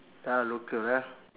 ah local ah